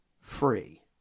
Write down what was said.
free